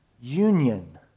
union